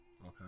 Okay